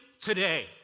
today